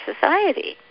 society